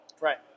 right